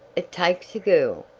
it takes a girl!